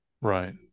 Right